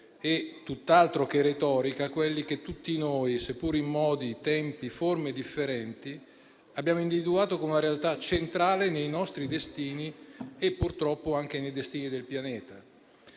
e tutt'altro che retorica a quelli che tutti noi, seppur in modi, tempi e forme differenti, abbiamo individuato come una realtà centrale nei nostri destini e, purtroppo, anche in quelli del pianeta.